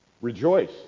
Rejoice